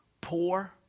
poor